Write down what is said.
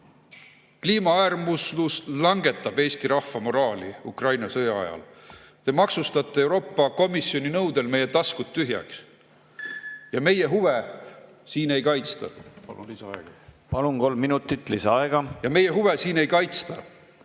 Kliimaäärmuslus langetab Eesti rahva moraali Ukraina sõja ajal. Te maksustate Euroopa Komisjoni nõudel meie taskud tühjaks. Ja meie huve siin ei kaitsta. Palun lisaaega. Palun, kolm minutit